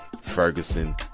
Ferguson